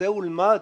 צא ולמד